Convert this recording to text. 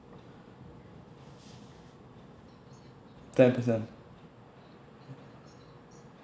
ten percent